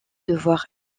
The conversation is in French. devoir